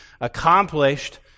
accomplished